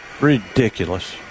Ridiculous